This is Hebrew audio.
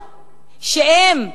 שהם,